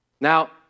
Now